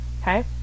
okay